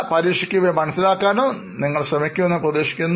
പരീക്ഷയ്ക്ക് ഇവയെ മനസ്സിലാക്കാനും നിങ്ങൾ ശ്രമിക്കുന്നു എന്ന് പ്രതീക്ഷിക്കുന്നു